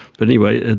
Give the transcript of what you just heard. but anyway,